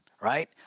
right